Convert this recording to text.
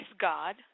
God